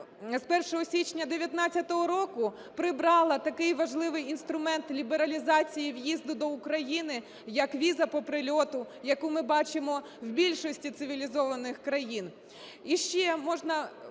з 1 січня 19-го року прибрала такий важливий інструмент лібералізації в'їзду до України, як віза по прильоту, яку ми бачимо в більшості цивілізованих країн.